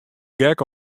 gek